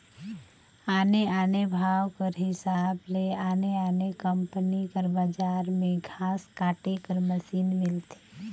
आने आने भाव कर हिसाब ले आने आने कंपनी कर बजार में घांस काटे कर मसीन मिलथे